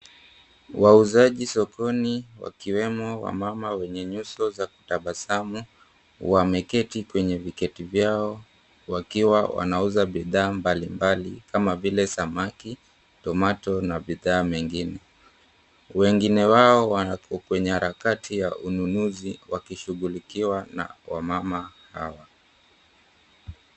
Wauzaji sokoni wakiwemo wamama wenye nyuso za kutabasamu wameketi kwenye viketi vyao wakiwa wanauza bidhaa mbalimbali kama vile samaki , tomato na bidhaa mengine. Wengine wao wako kwenye harakati ya ununuzi wakishughulikiwa na wamama hawa.